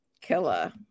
killer